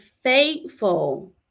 faithful